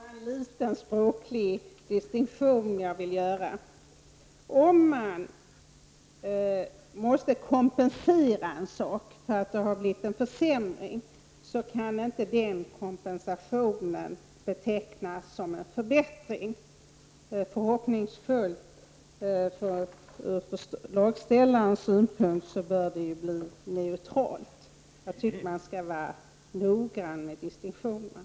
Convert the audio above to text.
Herr talman! Jag vill bara göra en liten språklig distinktion. Om man måste kompensera någon för ett förhållande som har lett till en försämring, kan den kompensationen inte betecknas som en förbättring. Ur förslagsställarens synpunkt bör resultatet bli neutralt. Jag tycker att man skall vara noggrann med distinktionerna.